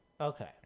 Okay